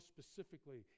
specifically